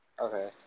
Okay